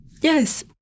Yes